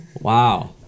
Wow